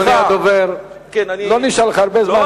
אדוני הדובר, לא נשאר לך הרבה זמן.